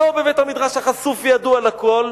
לא בבית-המדרש החשוף והידוע לכול,